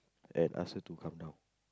and ask her to come down